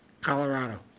Colorado